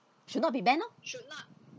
should not be banned lor